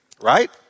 right